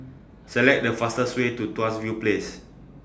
Select The fastest Way to Tuas View Place